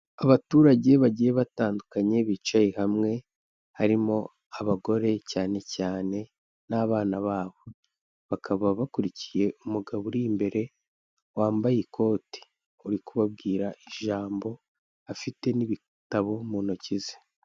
Abaturage bagiye batandukanye bicaye hamwe, harimo abagore cyane cyane n'abana babo bakaba bakurikiye umugabo uri imbere wambaye ikote uri kubabwira ijambo afite n'ibitabo mu ntoki ze.